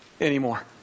anymore